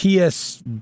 PS